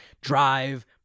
Drive